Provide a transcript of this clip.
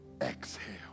exhale